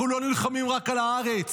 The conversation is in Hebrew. אנחנו לא נלחמים רק על הארץ,